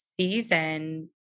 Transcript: season